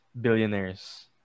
billionaires